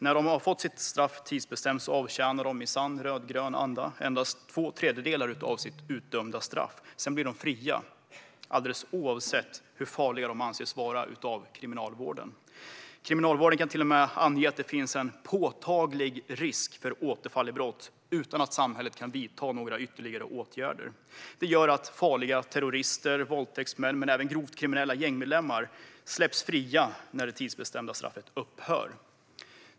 När de har fått sitt straff tidsbestämt avtjänar de i sann rödgrön anda bara två tredjedelar av sitt utdömda straff. Därefter blir de fria, alldeles oavsett hur farliga de anses vara av kriminalvården. Kriminalvården kan till med ange att det finns en påtaglig risk för återfall i brott utan att samhället kan vidta några ytterligare åtgärder. Detta gör att farliga terrorister, våldtäktsmän och grovt kriminella gängmedlemmar släpps fria när det tidsbestämda straffet upphör.